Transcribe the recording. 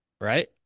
Right